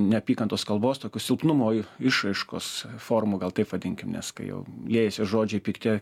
neapykantos kalbos tokių silpnumo i išraiškos formų gal taip vadinkim nes kai jau liejasi žodžiai pikti